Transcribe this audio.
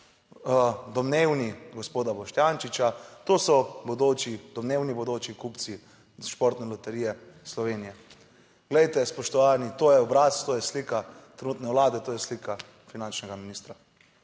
domnevni gospoda Boštjančiča, to so bodoči, domnevni bodoči kupci Športne loterije Slovenije. Glejte, spoštovani, to je obraz, to je slika trenutne Vlade, to je slika finančnega ministra.